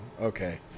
Okay